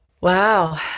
Wow